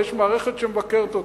אבל יש מערכת שמבקרת אותם.